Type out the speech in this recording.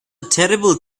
terrible